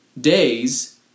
days